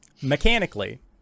Mechanically